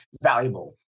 valuable